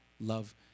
love